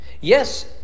Yes